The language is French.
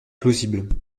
plausible